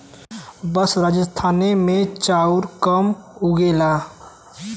बस राजस्थाने मे चाउर कम उगेला